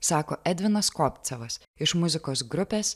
sako edvinas kopcevas iš muzikos grupės